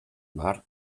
mar